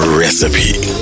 recipe